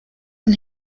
and